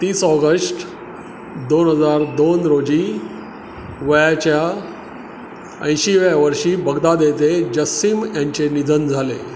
तीस ऑगस्ट दोन हजार दोन रोजी वयाच्या ऐंशीव्या वर्षी बगदाद येथे जस्सिम यांचे निधन झाले